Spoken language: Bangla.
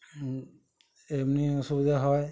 এমনি অসুবিধা হয়